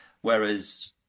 whereas